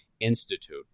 Institute